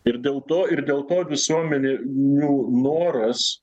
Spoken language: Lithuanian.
ir dėl to ir dėl to visuomenė jų noras